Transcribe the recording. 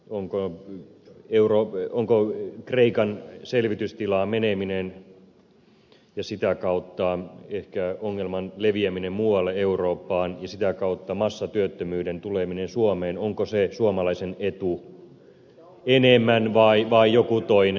onko kreikan selvitystilaan meneminen ja sitä kautta ehkä ongelman leviäminen muualle eurooppaan ja sitä kautta massatyöttömyyden tuleminen suomeen enemmän suomalaisen etu vai joku toinen